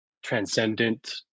transcendent